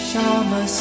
Shama